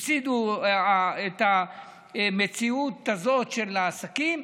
הפסידו את המציאות הזאת של העסקים,